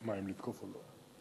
אם לתקוף או לא?